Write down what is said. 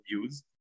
views